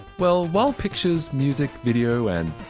well, while pictures, music, video, and.